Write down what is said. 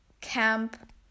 camp